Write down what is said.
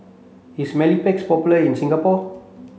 is Mepilex popular in Singapore